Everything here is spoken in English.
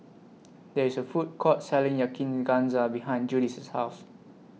There IS A Food Court Selling Yakizakana behind Judy's House